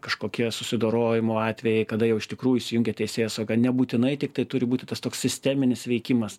kažkokie susidorojimo atvejai kada jau iš tikrųjų įsijungia teisėsauga nebūtinai tiktai turi būti tas toks sisteminis veikimas